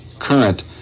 current